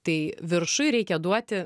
tai viršui reikia duoti